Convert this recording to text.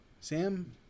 Sam